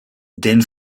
denn